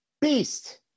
Beast